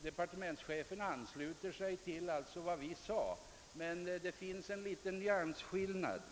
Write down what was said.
Departementschefen ansluter sig till vårt uttalande, men det finns en nyansskillnad.